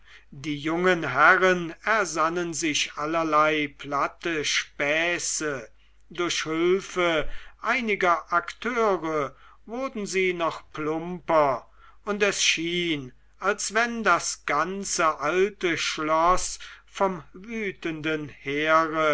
die jungen herren ersannen sich allerlei platte späße durch hülfe einiger akteure wurden sie noch plumper und es schien als wenn das ganze alte schloß vom wütenden heere